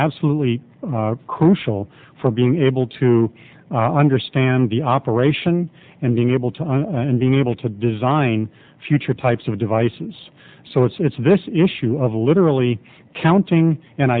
absolutely crucial for being able to understand the operation and being able to and being able to design future types of devices so it's this issue of literally counting and